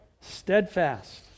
steadfast